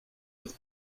with